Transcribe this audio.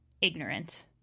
ignorant